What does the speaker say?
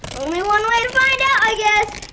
only one way to find out, i guess.